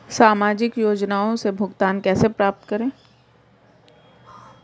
सामाजिक योजनाओं से भुगतान कैसे प्राप्त करें?